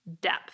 depth